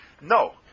No